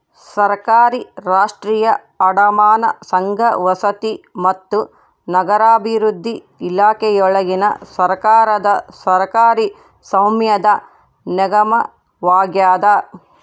ಸರ್ಕಾರಿ ರಾಷ್ಟ್ರೀಯ ಅಡಮಾನ ಸಂಘ ವಸತಿ ಮತ್ತು ನಗರಾಭಿವೃದ್ಧಿ ಇಲಾಖೆಯೊಳಗಿನ ಸರ್ಕಾರದ ಸರ್ಕಾರಿ ಸ್ವಾಮ್ಯದ ನಿಗಮವಾಗ್ಯದ